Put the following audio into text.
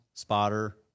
Spotter